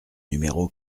numéro